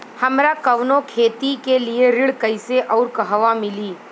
हमरा कवनो खेती के लिये ऋण कइसे अउर कहवा मिली?